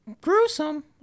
gruesome